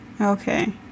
okay